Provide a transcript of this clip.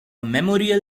memorial